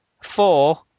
four